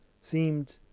seemed